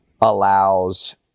allows